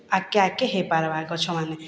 ଆଗ୍କେ ଆଗ୍କେ ହେଇପାର୍ବା ଗଛମାନେ